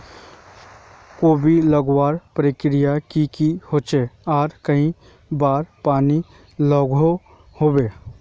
कोबी लगवार प्रक्रिया की की होचे आर कई बार पानी लागोहो होबे?